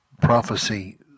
prophecy